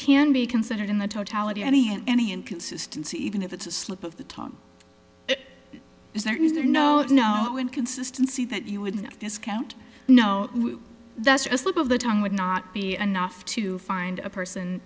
can be considered in the totality any and any inconsistency even if it's a slip of the tongue is there is there no no inconsistency that you would discount no that's a slip of the tongue would not be enough to find a person